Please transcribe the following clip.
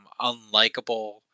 unlikable